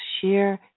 share